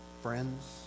friends